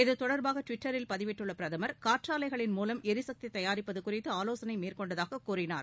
இது தொடர்பாக ட்விட்டரில் பதிவிட்டுள்ள பிரதமர் காற்றாலைகளின் மூலம் எரிசக்தி தயாரிப்பது குறித்து ஆலோசனை மேற்கொண்டதாக அவர் கூறினார்